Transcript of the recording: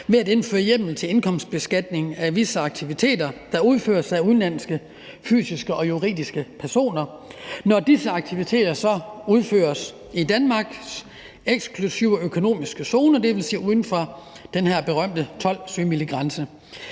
ved at indføre hjemmel til indkomstbeskatning af visse aktiviteter, der udføres af udenlandske fysiske og juridiske personer, når disse aktiviteter udføres i Danmarks eksklusive økonomiske zone, dvs. uden for den her berømte 12-sømilsgrænse.